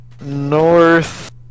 North